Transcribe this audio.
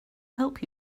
help